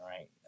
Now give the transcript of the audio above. right